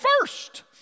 first